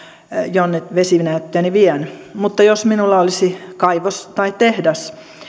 jonne vesinäytteeni vien mutta jos minulla olisi kaivos tai tehdas